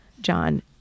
John